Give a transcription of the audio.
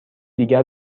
دیگر